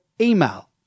email